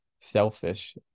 selfish